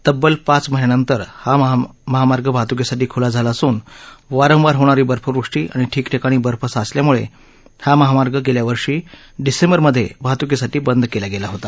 तब्बल पाच महिन्यानंतर हा महामार्ग वाहतुकीसाठी खुला झाला असून वारंवार होणारी बर्फवृष्टी आणि ठिकठिकाणी बर्फ साचल्यामुळे हा महामार्ग गेल्यावर्षी डिसेंबरमधे वाहतुकीसाठी बंद केला गेला होता